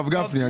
הרב גפני,